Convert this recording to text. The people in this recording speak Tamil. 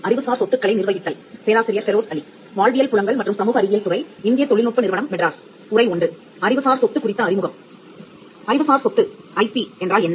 அறிவுசார் சொத்து என்றால் என்ன